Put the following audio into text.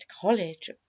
college